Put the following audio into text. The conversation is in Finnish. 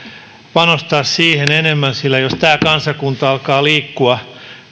panostaa siihen enemmän sillä jos tämä kansakunta alkaa liikkua